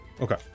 okay